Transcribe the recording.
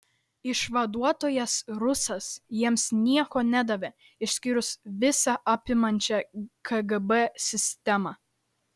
išvaduotojas rusas jiems nieko nedavė išskyrus visa apimančią kgb sistemą